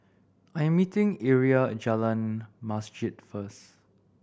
I am meeting Aria at Jalan Masjid first